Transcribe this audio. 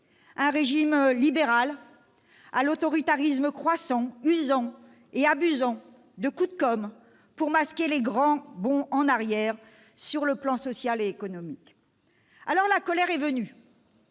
un régime libéral à l'autoritarisme croissant, usant et abusant de « coups de com' » pour masquer les grands bonds en arrière sur le plan social et économique. La colère est venue.